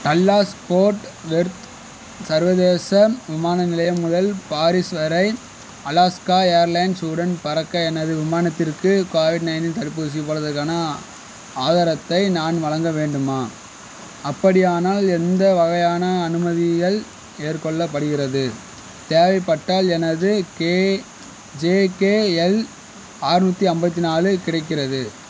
Dallas Fort Worth சர்வதேச விமான நிலையம் முதல் பாரிஸ் வரை அலாஸ்கா ஏர்லைன்ஸ் உடன் பறக்க எனது விமானத்திற்கு கோவிட் நையன்ட்டீன் தடுப்பூசி போட்டதற்கான ஆதாரத்தை நான் வழங்க வேண்டுமா அப்படியானால் எந்த வகையான அனுமதிகள் ஏற்றுகொள்ளப்படுகிறது தேவைப்பட்டால் எனது கே ஜேகேஎல் ஆற்நூற்றி ஐம்பத்தி நாலு கிடைக்கிறது